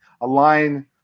align